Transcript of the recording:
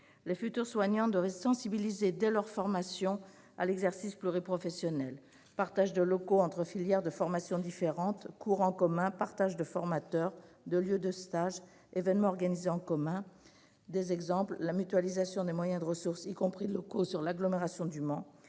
Les futurs soignants doivent être sensibilisés dès leur formation à l'exercice pluriprofessionnel : partage de locaux entre filières de formation différentes, cours en commun, partage de formateurs et de lieux de stage, événements organisés en commun ... À titre d'exemple, je citerai la mutualisation des moyens et des ressources, y compris des locaux, sur l'agglomération du Mans,